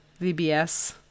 VBS